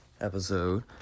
episode